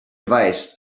device